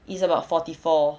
is about forty four